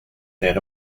then